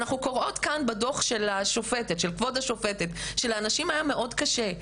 ואנחנו קוראות כאן בדוח של כבוד השופטת שלאנשים היה מאוד קשה,